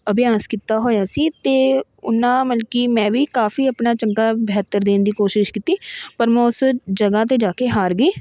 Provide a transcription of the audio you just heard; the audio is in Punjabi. ਅਭਿਆਸ ਕੀਤਾ ਹੋਇਆ ਸੀ ਅਤੇ ਉਹਨਾਂ ਮਤਲਬ ਕਿ ਮੈਂ ਵੀ ਕਾਫੀ ਆਪਣਾ ਚੰਗਾ ਬਿਹਤਰ ਦੇਣ ਦੀ ਕੋਸ਼ਿਸ਼ ਕੀਤੀ ਪਰ ਮੈਂ ਉਸ ਜਗ੍ਹਾ 'ਤੇ ਜਾ ਕੇ ਹਾਰ ਗਈ